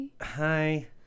hi